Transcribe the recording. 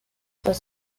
was